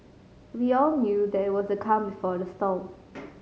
we all knew that it was a calm before the storm